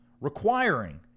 requiring